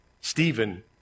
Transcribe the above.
Stephen